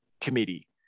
committee